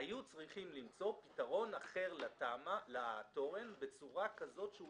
היו צריכים למצוא פתרון אחר לתורן בצורה כזאת שהוא